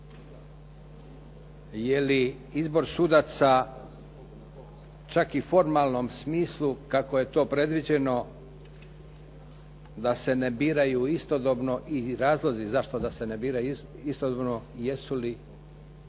Je li izbor sudaca čak i u formalnom smislu kako je to predviđeno da se ne biraju istodobno i razlozi da se ne biraju istodobno jesu li